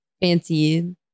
fancy